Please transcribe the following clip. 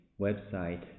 website